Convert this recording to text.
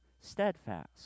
steadfast